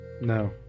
No